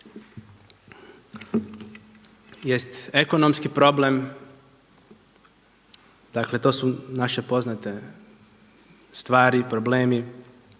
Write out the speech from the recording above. jest ekonomski problem. Dakle to su naše poznate stvari, problemi.